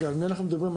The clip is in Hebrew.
על מי אנחנו מדברים,